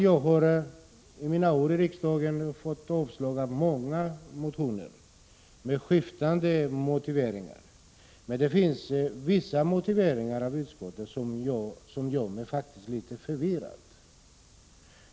Jag har under mina år i riksdagen fått avslag på många motioner med skiftande motiveringar. Men vissa motiveringar från utskottet gör mig faktiskt förbryllad.